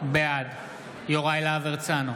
בעד יוראי להב הרצנו,